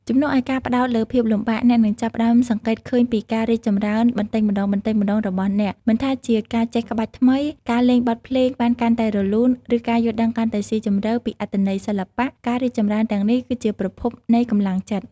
ជំនួសឱ្យការផ្តោតលើភាពលំបាក អ្នកនឹងចាប់ផ្តើមសង្កេតឃើញពីការរីកចម្រើនបន្តិចម្តងៗរបស់អ្នក មិនថាជាការចេះក្បាច់ថ្មី ការលេងបទភ្លេងបានកាន់តែរលូន ឬការយល់ដឹងកាន់តែស៊ីជម្រៅពីអត្ថន័យសិល្បៈ ការរីកចម្រើនទាំងនេះគឺជាប្រភពនៃកម្លាំងចិត្ត។